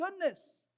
goodness